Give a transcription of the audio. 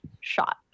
shot